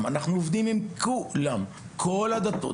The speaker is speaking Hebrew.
עם כולם אנחנו בעצם עובדים.